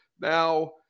Now